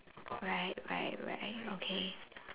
right right right okay